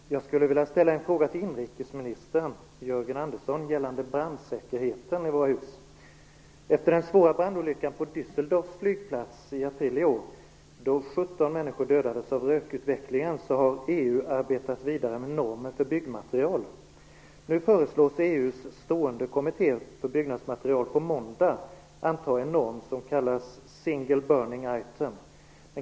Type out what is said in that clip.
Fru talman! Jag skulle vilja ställa en fråga till inrikesminister Jörgen Andersson gällande brandsäkerheten i våra hus. Efter den svåra brandolyckan på Düsseldorfs flygplats i april i år, då 17 människor dödades av rökutvecklingen, har EU arbetat vidare med normer för byggmaterial. Nu föreslås EU:s stående kommitté för byggnadsmaterial på måndag anta en norm som kallas Singel Burning Item.